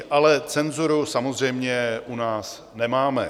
Ale cenzuru samozřejmě u nás nemáme.